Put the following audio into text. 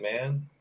man